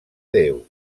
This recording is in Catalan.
déu